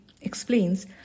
explains